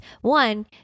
one